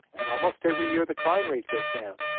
and almost every year the crime rate goes down.